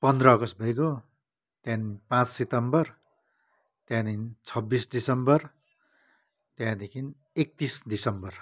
पन्ध्र अगस्त भई गयो त्यहाँदेखि पाँच सितम्बर त्यहाँदेखि छब्बिस दिसम्बर त्यहाँदेखि एकतिस दिसम्बर